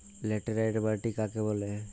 Laterite মাটি কাকে বলে?